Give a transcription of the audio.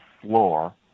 floor